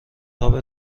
تاپ